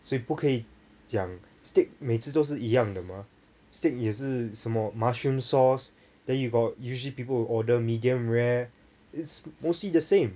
所以不可以讲 steak 每次都是一样的吗 steak 也是什么 mushroom sauce then you got usually people will order medium rare it's mostly the same